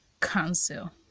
Cancel